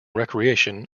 recreation